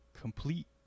complete